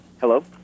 hello